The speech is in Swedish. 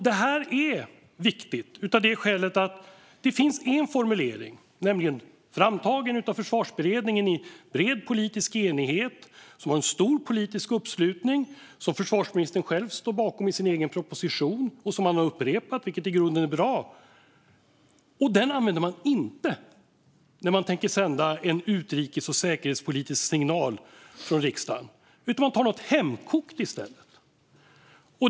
Det är viktigt av det skälet att det finns en formulering som är framtagen av Försvarsberedningen i bred politisk enighet och som försvarsministern själv står bakom i sin egen proposition - och som han har upprepat, vilket i grunden är bra. Men den använder man inte när man tänker sända en utrikes och säkerhetspolitisk signal från riksdagen, utan man tar något hemkokt i stället.